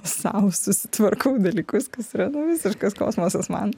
sau susitvarkau dalykus kas yra na visiškas kosmosas man